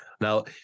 Now